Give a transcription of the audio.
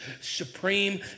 supreme